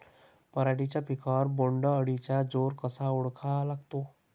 पराटीच्या पिकावर बोण्ड अळीचा जोर कसा ओळखा लागते?